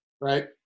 right